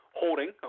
holding